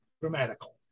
grammatical